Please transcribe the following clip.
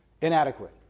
inadequate